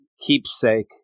keepsake